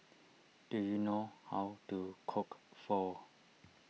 do you know how to cook Pho